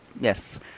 yes